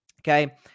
Okay